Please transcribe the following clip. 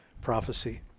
prophecy